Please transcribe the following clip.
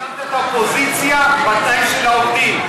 האשמת את האופוזיציה בתנאים של העובדים.